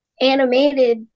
animated